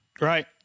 Right